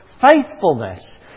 faithfulness